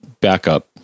backup